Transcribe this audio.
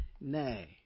nay